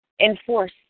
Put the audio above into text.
enforce